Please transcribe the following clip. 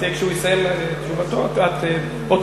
כשהוא יסיים את תשובתו את אוטומטית,